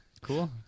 Cool